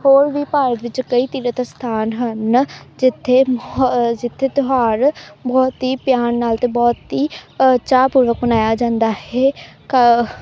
ਹੋਰ ਵੀ ਭਾਰਤ ਵਿੱਚ ਕਈ ਤੀਰਥ ਸਥਾਨ ਹਨ ਜਿੱਥੇ ਜਿੱਥੇ ਤਿਉਹਾਰ ਬਹੁਤ ਹੀ ਪਿਆਰ ਨਾਲ ਅਤੇ ਬਹੁਤ ਹੀ ਚਾਅ ਪੂਰਵਕ ਮਨਾਇਆ ਜਾਂਦਾ ਹੈ